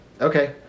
Okay